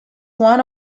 one